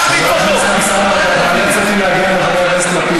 אתה כל הזמן משמיץ אותו על בסיס קבוע.